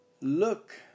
Look